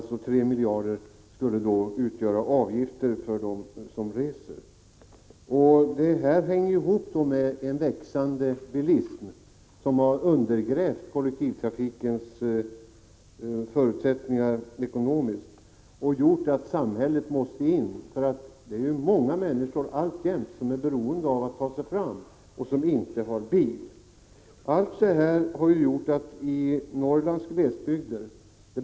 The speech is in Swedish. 3 miljarder skulle då utgöra avgifter för dem som reser. Detta hänger ihop med en växande bilism, som har undergrävt kollektivtrafikens ekonomiska förutsättningar och gjort att samhället måste gå in. Det är alltjämt många människor som är beroende av att ta sig fram och som inte har bil.